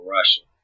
Russia